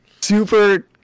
super